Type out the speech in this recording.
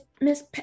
Miss